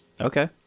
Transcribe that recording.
Okay